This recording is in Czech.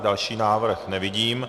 Další návrh nevidím.